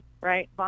right